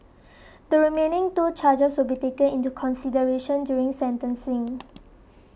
the remaining two charges will be taken into consideration during sentencing